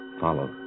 follow